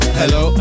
hello